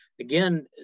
again